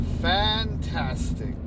Fantastic